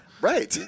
Right